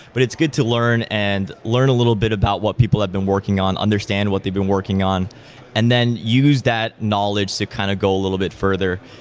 but it's good to learn and learn a little bit about what people have been working on, understand what they've been working and then use that knowledge to kind of go a little bit further.